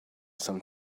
some